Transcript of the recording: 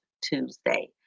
Tuesday